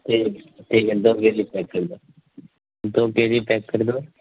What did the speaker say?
ٹھیک ہے ٹھیک ہے دو کے جی پیک کر دو دو کے جی پیک کڑ دو